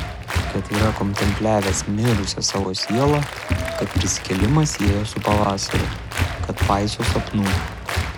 kad yra kontempliavęs mirusią savo sielą kad prisikėlimą sieja su pavasariu kad paiso sapnų